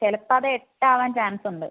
ചിലപ്പോൾ അത് എട്ടാവാൻ ചാൻസ് ഉണ്ട്